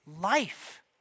life